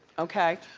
okay,